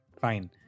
fine